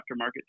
aftermarket